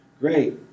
Great